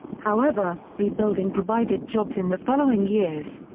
however, rebuilding provided jobs in the following years.